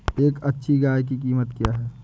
एक अच्छी गाय की कीमत क्या है?